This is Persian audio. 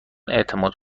اعتماد